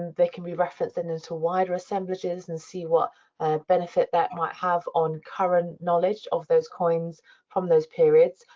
they can be referenced then into wider assemblages and see what benefit that might have on current knowledge of those coins from those periods.